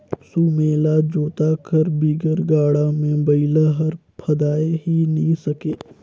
सुमेला जोता कर बिगर गाड़ा मे बइला हर फदाए ही नी सके